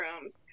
rooms